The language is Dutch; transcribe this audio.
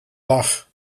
lach